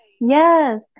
Yes